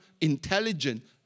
intelligent